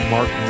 Mark